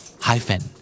Hyphen